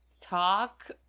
talk